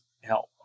help